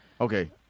Okay